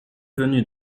venu